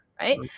right